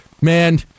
man